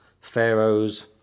Pharaoh's